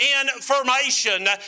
information